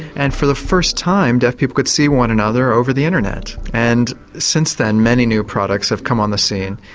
and for the first time deaf people could see one another over the internet. and since then many new products have come on the scene.